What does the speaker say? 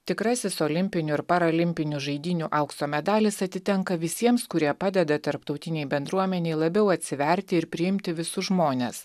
tikrasis olimpinių ir paralimpinių žaidynių aukso medalis atitenka visiems kurie padeda tarptautinei bendruomenei labiau atsiverti ir priimti visus žmones